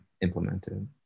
implemented